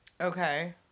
Okay